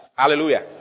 Hallelujah